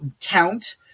count